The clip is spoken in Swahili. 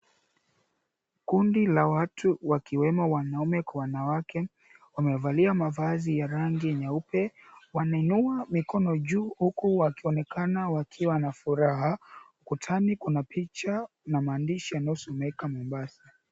Kundi la watu wakiwemo wanaume kwa wanawake wamevalia mavazi ya rangi nyeupe, wanainua mikono juu huku wakionekana wakiwa na furaha. Kutani kuna picha na maandishi yanayosomeka Mombasa.